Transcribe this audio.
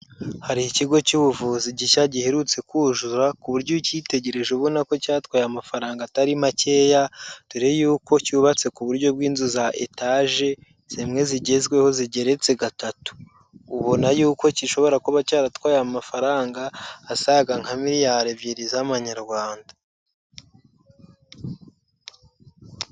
Hari ikigo cy'ubuvuzi gishya giherutse kuzura ku buryo u icyitegereje ubona ko cyatwaye amafaranga atari makeya mbere y'uko cyubatse ku buryo bw'inzu za etage zimwe zigezweho zigeretse gatatu ubona yuko kishobora kuba cyaratwaye amafaranga asaga nka miliyari ebyiri z'amanyarwanda.